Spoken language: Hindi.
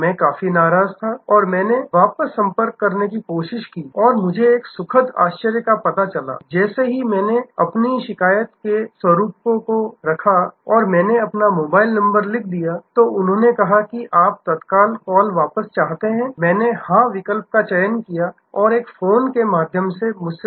मैं काफी नाराज था और मैंने वापस संपर्क करने की कोशिश की और मुझे अपने सुखद आश्चर्य का पता चला कि जैसे ही मैंने अपनी शिकायत के स्वरूपको रखा और मैंने अपना मोबाइल नंबर दिया तो उन्होंने कहा कि आप तत्काल कॉल वापस चाहते हैं मैंने हाँ विकल्प का चयन किया और एक फोन के माध्यम से मुझसे संपर्क किया गया